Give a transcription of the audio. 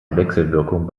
wechselwirkung